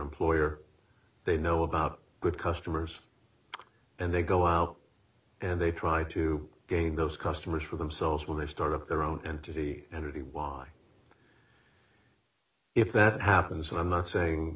employer they know about good customers and they go out and they try to gain those customers for themselves when they start up their own entity and really why if that happens i'm not saying